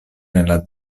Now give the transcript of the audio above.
nella